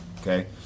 Okay